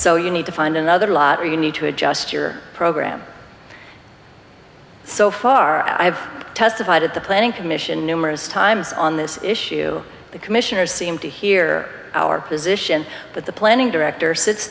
so you need to find another lot or you need to adjust your program so far i've testified at the planning commission numerous times on this issue the commissioners seem to hear our position but the planning director sits